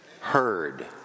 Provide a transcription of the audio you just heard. heard